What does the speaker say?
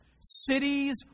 cities